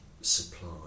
supply